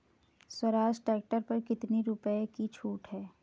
Swaraj tractor पर कितनी रुपये की छूट है?